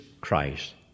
Christ